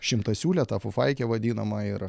šimtasiūlę tą fufaikę vadinamą ir